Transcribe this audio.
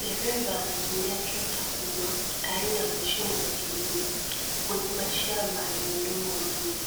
Dereva anatumia trekta kubwa aina ya mashine za kilimo , kulima shamba lenye udongo mwingi ,